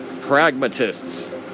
pragmatists